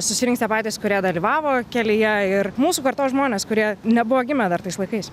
susirinks tie patys kurie dalyvavo kelyje ir mūsų kartos žmonės kurie nebuvo gimę dar tais laikais